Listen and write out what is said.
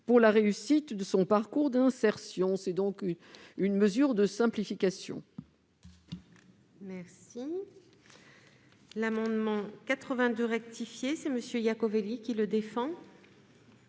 pour la réussite de son parcours d'insertion. Il s'agit donc d'une mesure de simplification.